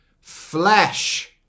flesh